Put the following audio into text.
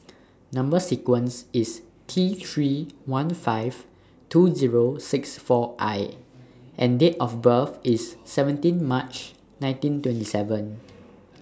Number sequence IS T three one five two Zero six four I and Date of birth IS seventeen March nineteen twenty seven